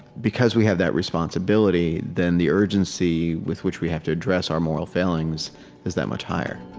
because we have that responsibility, then the urgency with which we have to address our moral failings is that much higher